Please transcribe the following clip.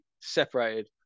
separated